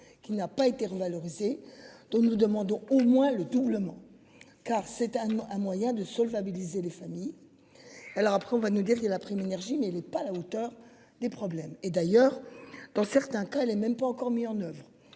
Qui n'a pas été revalorisée dont nous demandons au moins le doublement car c'est un, un moyen de solvabiliser les familles. Alors après on va nous dire que la prime énergie mais il n'est pas à la hauteur des problèmes et d'ailleurs dans certains cas, elle est même pas encore mis en oeuvre.